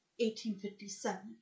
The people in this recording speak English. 1857